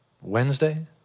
Wednesday